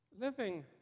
Living